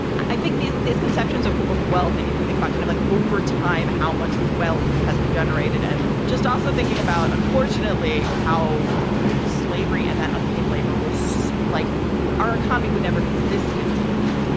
i think these these conceptions of of wealth and you've to think about kind of like over time, how much wealth has been generated. and just also thinking about, unfortunately, how slavery and that unpaid labor was like our economy would never have existed without it.